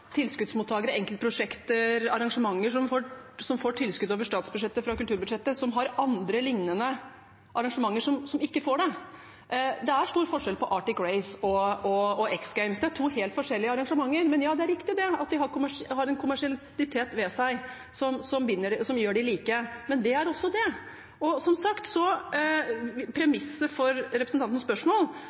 tilskuddsmottakere, enkeltprosjekter, arrangementer som får tilskudd over statsbudsjettet fra kulturbudsjettet, som har andre liknende arrangementer som ikke får det. Det er stor forskjell på Arctic Race og X Games. Det er to helt forskjellige arrangementer. Ja, det er riktig at de har en kommersialitet ved seg som gjør dem like, men det er også det. Som sagt vil premisset for representantens spørsmål